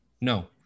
No